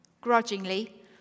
grudgingly